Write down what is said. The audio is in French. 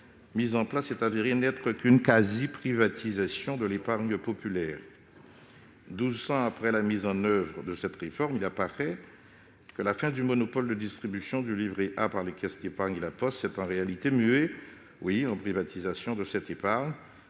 s'est révélée n'être qu'une quasi-privatisation de l'épargne populaire. Douze ans après la mise en oeuvre de cette réforme, il apparaît que la fin du monopole de distribution du livret A par les caisses d'épargne et La Poste s'est en réalité muée en privatisation de l'épargne